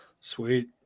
Sweet